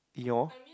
Eeyor